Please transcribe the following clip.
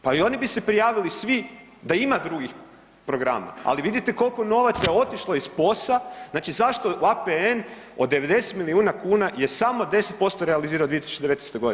Pa i oni bi se prijavili svi da ima drugih programa, ali vidite kolko novaca je otišlo iz POS-a, znači zašto APN od 90 milijuna kuna je samo 10% realizirao u 2019.g.